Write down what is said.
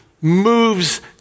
moves